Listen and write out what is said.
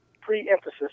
pre-emphasis